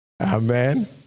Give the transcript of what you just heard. amen